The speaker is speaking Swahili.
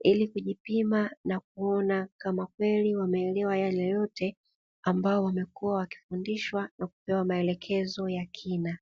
ili kujipima na kuona kama kweli wameelewa yale yote ambao wamekuwa wakifundishwa na kupewa maelekezo ya kina.